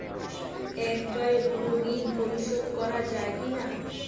একবারে পুরো ঋণ পরিশোধ করা যায় কি না?